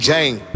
Jane